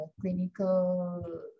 clinical